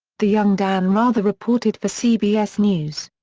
the young dan rather reported for cbs news.